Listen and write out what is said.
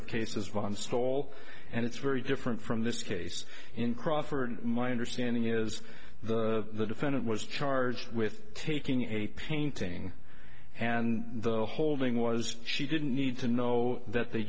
soul and it's very different from this case in crawford my understanding is the defendant was charged with taking a painting and the holding was she didn't need to know that the